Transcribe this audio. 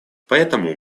поэтому